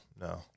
no